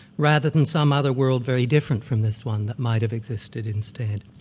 rather than some other world very different from this one that might have existed instead.